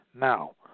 Now